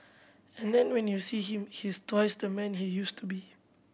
and then when you see him he is twice the man he used to be